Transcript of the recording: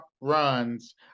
runs